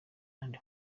and